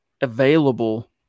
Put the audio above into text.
available